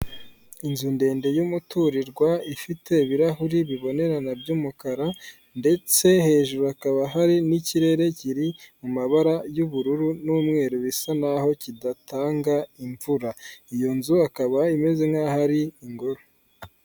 Inzu ndende y'umuturirwa ifite ibirahure bibonerana by'umukara, ndetse hejuru hakaba hari n'ikirere kiri mu mabara y'ubururu n'umweru, bisa naho kidatanga imvura, iyo nzu akaba imeze nk'aho ari ingururo.